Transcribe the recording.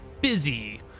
busy